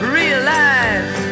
realize